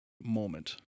moment